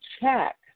check